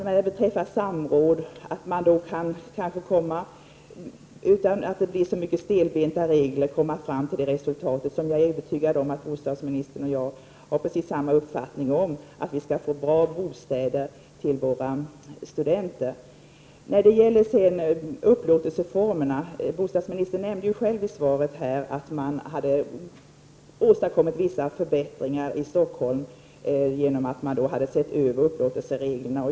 Man bör kunna ha samråd och utan så mycket stelbenta regler kunna komma fram till det resultat som jag är övertygad om att bostadsministern och jag har precis samma uppfattning om, nämligen att vi skall få bra bostäder till våra studenter. När det gäller upplåtelseformerna nämnde bostadsministern själv i svaret att man hade åstadkommit vissa förbättringar i Stockholm genom att man hade sett över upplåtelsereglerna.